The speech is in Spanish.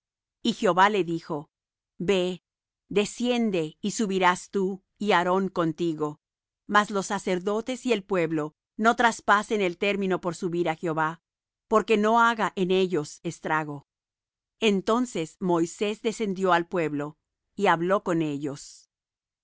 y jehová le dijo ve desciende y subirás tú y aarón contigo mas los sacerdotes y el pueblo no traspasen el término por subir á jehová porque no haga en ellos estrago entonces moisés descendió al pueblo y habló con ellos